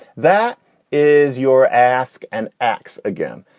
that is your ask an axe again.